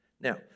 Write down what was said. Now